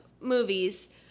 movies